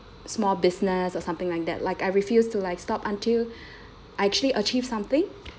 small business or something like that like I refuse to like stop until I actually achieve something